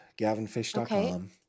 gavinfish.com